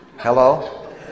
Hello